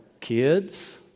kids